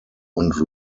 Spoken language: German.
und